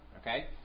Okay